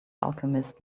alchemist